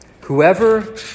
Whoever